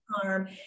harm